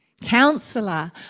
Counselor